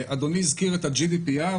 אדוני הזכיר את ה-GDPR.